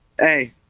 hey